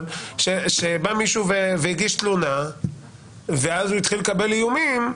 אבל בא מישהו והגיש תלונה ואז הוא התחיל לקבל איומים,